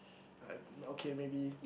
like okay maybe